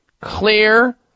clear